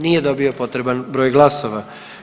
Nije dobio potreban broj glasova.